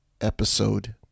episode